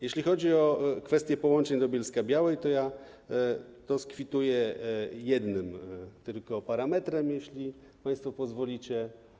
Jeśli chodzi o kwestie połączeń do Bielska-Białej, to skwituję to przywołując jeden tylko parametr, jeśli państwo pozwolicie.